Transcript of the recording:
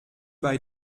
bei